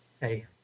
Hey